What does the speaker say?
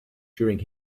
during